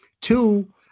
Two